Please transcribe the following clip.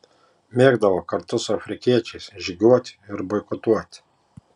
mėgdavo kartu su afrikiečiais žygiuoti ir boikotuoti